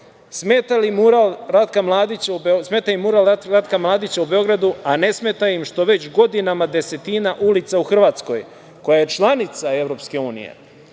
im mural Ratka Mladića u Beogradu, a ne smeta im što već godinama desetina ulica u Hrvatskoj, koja je članica EU, nose